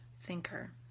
thinker